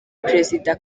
perezida